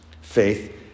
faith